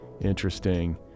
interesting